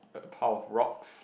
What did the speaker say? a pile of rocks